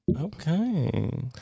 Okay